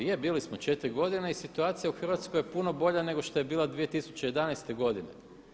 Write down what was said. Je, bili smo 4 godine i situacija u Hrvatskoj je puno bolja nego što je bila 2011. godine.